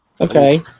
okay